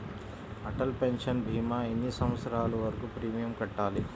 Atal pension భీమా ఎన్ని సంవత్సరాలు వరకు ప్రీమియం కట్టాలి?